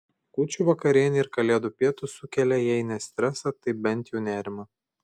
kūčių vakarienė ir kalėdų pietūs sukelia jei ne stresą tai bent jau nerimą